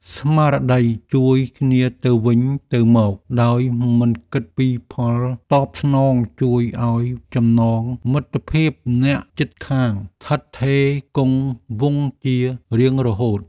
ស្មារតីជួយគ្នាទៅវិញទៅមកដោយមិនគិតពីផលតបស្នងជួយឱ្យចំណងមិត្តភាពអ្នកជិតខាងស្ថិតស្ថេរគង់វង្សជារៀងរហូត។